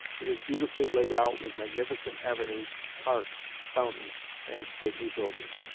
it is beautifully laid out with magnificent avenues, parks, fountains and stately buildings,